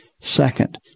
Second